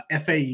fau